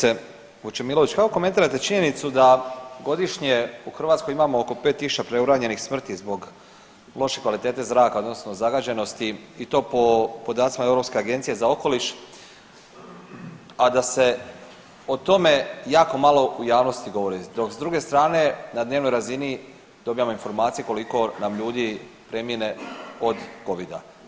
Poštovana kolegice Vučemilović, kako komentirate činjenicu da godišnje u Hrvatskoj imamo oko 5 tisuća preuranjenih smrti zbog loše kvalitete zraka odnosno zagađenosti i to po podacima Europske agencije za okoliš, a da se o tome jako malo u javnosti govori dok s druge strane na dnevnoj razini dobivam informacije koliko nam ljudi premine od Covida.